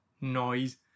noise